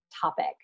topic